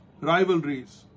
Rivalries